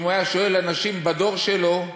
שאם הוא היה שואל אנשים בדור שלו,